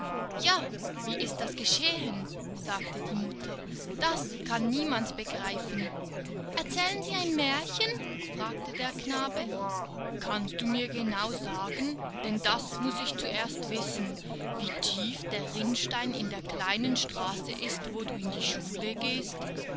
ja wie das geschehen ist sagte die mutter das kann niemand begreifen erzählen sie ein märchen fragte der knabe kannst du mir genau sagen denn das muß ich zuerst wissen wie tief der rinnstein in der kleinen straße ist wo du in die schule gehst